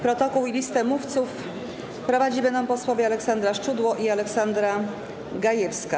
Protokół i listę mówców prowadzić będą posłowie Aleksandra Szczudło i Aleksandra Gajewska.